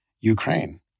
Ukraine